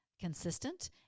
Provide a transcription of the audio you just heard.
consistent